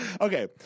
Okay